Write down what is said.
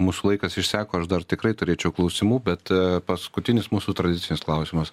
musų laikas išseko aš dar tikrai turėčiau klausimų bet paskutinis mūsų tradicinis klausimas